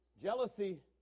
Jealousy